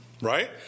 Right